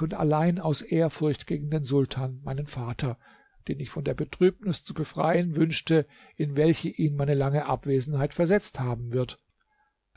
und allein aus ehrfurcht gegen den sultan meinen vater den ich von der betrübnis zu befreien wünschte in welche ihn meine lange abwesenheit versetzt haben wird